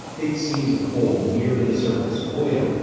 thick seams of coal near to the surface, oil,